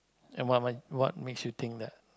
and what what what makes you think that